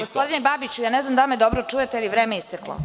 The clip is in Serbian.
Gospodine Babiću, ne znam da li me dobro čujete, ali vreme je isteklo.